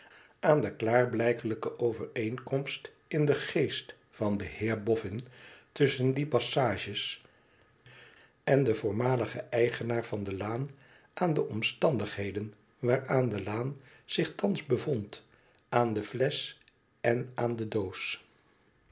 aan de klaarblijkelijke overeenkomst in den geest van den heer boffin tusschen die passages en den voormaligen eigenaar van de laan aan de omstandigheden waarin de laan zich thans bevond aan de flesch en aan de doos